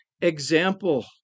example